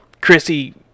chrissy